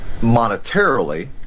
monetarily